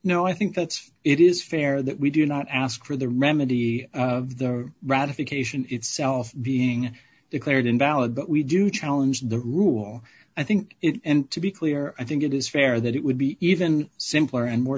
no i think that's it is fair that we do not ask for the remedy of the ratification itself being declared invalid but we do challenge the rule i think it and to be clear i think it is fair that it would be even simpler and more